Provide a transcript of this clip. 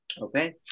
Okay